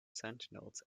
sentinels